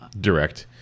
direct